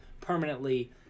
permanently